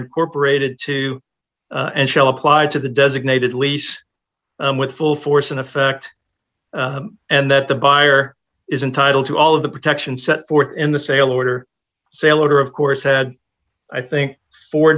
incorporated to and shall applied to the designated lease with full force in effect and that the buyer is entitled to all of the protections set forth in the sale order sailor of course had i think four